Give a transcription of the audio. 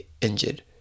injured